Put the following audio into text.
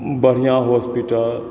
बढिआँ हॉस्पिटल